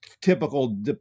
typical